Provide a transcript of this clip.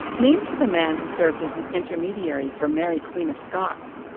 named for the man who served as an intermediary for mary, queen of scots,